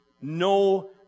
no